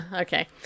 okay